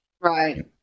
Right